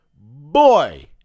Boy